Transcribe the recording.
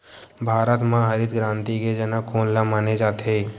भारत मा हरित क्रांति के जनक कोन ला माने जाथे?